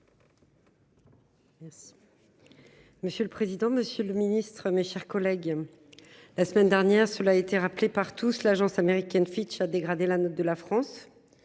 Merci